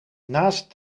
naast